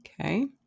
okay